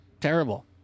terrible